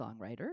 songwriter